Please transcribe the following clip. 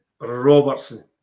Robertson